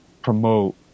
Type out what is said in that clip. promote